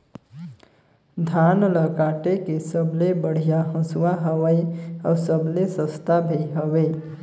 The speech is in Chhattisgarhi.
धान ल काटे के सबले बढ़िया हंसुवा हवये? अउ सबले सस्ता भी हवे?